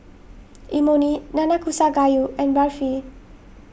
Imoni Nanakusa Gayu and Barfi